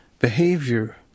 behavior